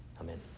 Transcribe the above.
Amen